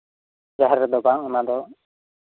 ᱡᱟᱸᱦᱮᱨ ᱨᱮᱫᱚ ᱚᱱᱟ ᱫᱚ